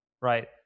Right